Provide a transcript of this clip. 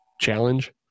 Challenge